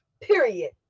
Period